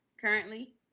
currently